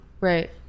Right